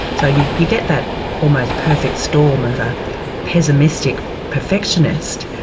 so you you get that almost perfect storm of a pessimistic perfectionist,